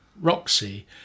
Roxy